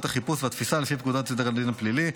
החיפוש והתפיסה לפי פקודת סדר הדין הפלילי.